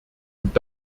und